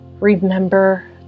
Remember